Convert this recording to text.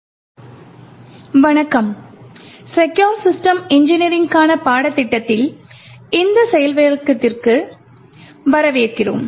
return oriented programming தாக்குதலின் செயல் விளக்கம் வணக்கம் செக்குர் சிஸ்டம் இன்ஜினியரிங்க்கான பாடத்திட்டத்தில் இந்த செயல் விளக்கத்திற்கு வரவேற்கிறோம்